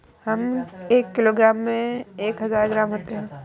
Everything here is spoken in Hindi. एक किलोग्राम में एक हजार ग्राम होते हैं